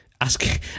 asking